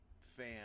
fan